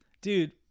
Dude